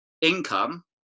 income